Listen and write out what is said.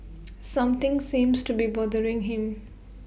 something seems to be bothering him